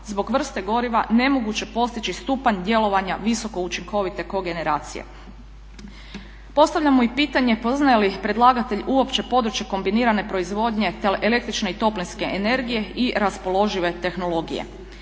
zbog vrste goriva nemoguće postići stupanj djelovanja visoko učinkovite kogeneracije. Postavljamo i pitanje poznaje li predlagatelj uopće područje kombinirane proizvodnje električne i toplinske energije i raspoložive tehnologije?